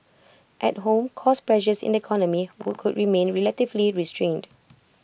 at home cost pressures in the economy could remain relatively restrained